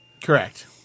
Correct